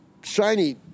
shiny